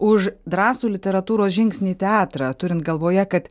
už drąsų literatūros žingsnį į teatrą turint galvoje kad